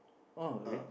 oh rea~